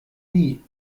nie